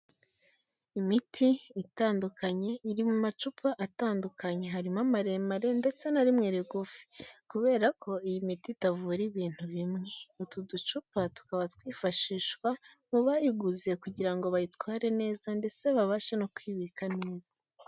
Imiti itandukanye iri mu macupa atandukanye harimo maremare ndetse na rimwe rigufi kubera ko iyi miti itavura ibintu bimwe utu ducupa tukaba twifashishwa mu bayiguze kugira ngo bayitware neza ndetse babashe no kuyibika neza.